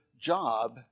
job